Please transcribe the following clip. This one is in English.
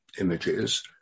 images